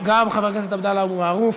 גם חבר הכנסת עבדאללה אבו מערוף